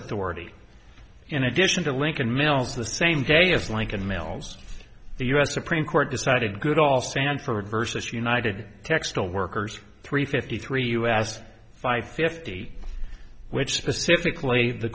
authority in addition to lincoln mills the same day as lincoln mills the u s supreme court decided goodall stanford versus united textile workers three fifty three us five fifty which specifically the